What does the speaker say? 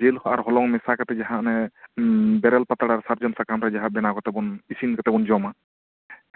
ᱡᱤᱞ ᱟᱨ ᱦᱚᱞᱚᱝ ᱢᱮᱥᱟ ᱠᱟᱛᱮᱫ ᱡᱟᱦᱟᱸ ᱚᱱᱮ ᱵᱮᱨᱮᱞ ᱯᱟᱛᱲᱟ ᱨᱮ ᱥᱟᱨᱡᱚᱢ ᱥᱟᱠᱟᱢ ᱨᱮ ᱡᱟᱦᱟᱸ ᱵᱮᱱᱟᱣ ᱠᱟᱛᱮᱫ ᱵᱚᱱ ᱤᱥᱤᱱ ᱠᱟᱛᱮᱫ ᱵᱚᱱ ᱡᱚᱢᱟ